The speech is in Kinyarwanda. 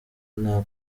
nta